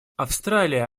австралия